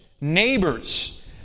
neighbors